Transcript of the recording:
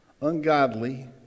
ungodly